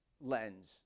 lens